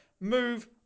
move